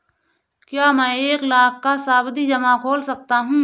क्या मैं एक लाख का सावधि जमा खोल सकता हूँ?